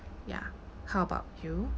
ya how about you